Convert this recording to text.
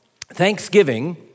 Thanksgiving